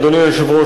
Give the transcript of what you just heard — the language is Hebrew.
אדוני היושב-ראש,